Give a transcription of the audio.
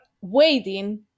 waiting